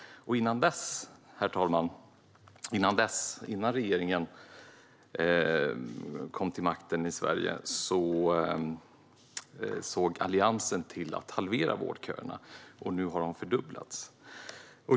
Innan regeringen kom till makten, herr talman, såg Alliansen till att halvera vårdköerna, och nu har de fördubblats.